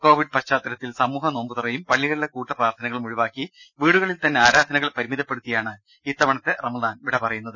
Covid പശ്ചാത്തലത്തിൽ സമൂഹ നോമ്പ് തുറയും പള്ളികളിലെ കൂട്ട പ്രാർത്ഥനകളും ഒഴിവാക്കി വീടുകളിൽ തന്നെ ആരാധനകൾ പരിമിതപ്പെടുത്തിയാണ് ഇത്തവണത്തെ റമദാൻ വിടപറയുന്നത്